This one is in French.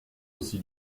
aussi